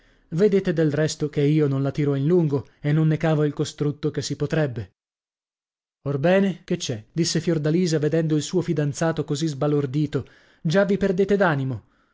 vedete del resto che io non la tiro in lungo e non ne cavo il costrutto che si potrebbe orbene che c'è disse fiordalisa vedendo il suo fidanzato così sbalordito già vi perdete d'animo